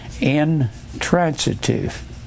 intransitive